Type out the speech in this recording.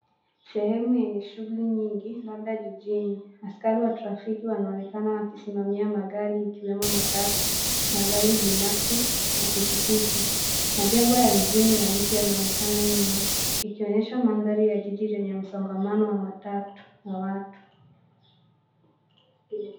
Sehemu yenye shughuli nyingi, labda jijini. Askari wa trafiki wanaonekana wakisimamia magari ikiwemo matatu, magari binafsi na pikipiki. Majengo ya mijini na miti yanaonekana nyuma ikionyesha mandhari ya jiji lenye msongamano wa matatu na watu.